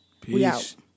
Peace